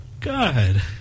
God